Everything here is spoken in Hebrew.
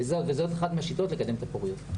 וזו אחת השיטות לקדם פוריות.